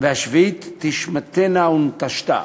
והשביעית תשמטנה ונטשתה